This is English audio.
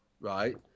right